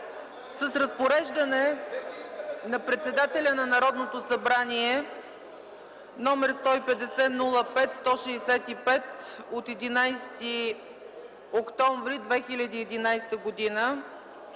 С Разпореждане на председателя на Народното събрание № 150-05-165 от 11 октомври 2011 г. на